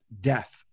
death